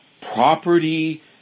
property